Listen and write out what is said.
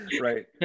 right